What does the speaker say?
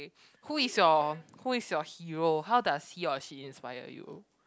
who is your who is your hero how does he or she inspire you